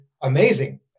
amazing